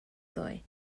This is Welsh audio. ddoe